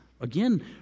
again